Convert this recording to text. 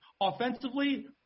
Offensively